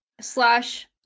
slash